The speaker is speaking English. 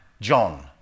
John